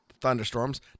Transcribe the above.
thunderstorms